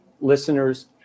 listeners